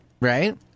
right